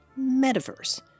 metaverse